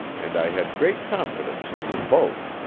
and i had great confidence in them both.